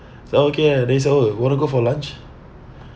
so okay ah then he say oh you wanna go for lunch